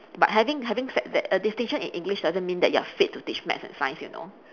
but having having said that a distinction in english doesn't mean you are fit to teach maths and science you know